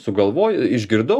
sugalvojai išgirdau